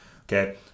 okay